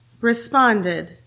responded